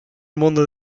mondo